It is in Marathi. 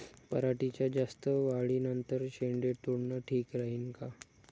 पराटीच्या जास्त वाढी नंतर शेंडे तोडनं ठीक राहीन का?